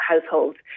households